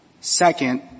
Second